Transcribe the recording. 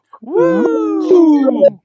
Woo